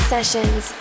Sessions